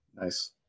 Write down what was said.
Nice